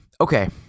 Okay